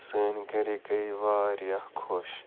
سٲنۍ گَرِکۍ گٔے واریاہ خۄش